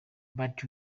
but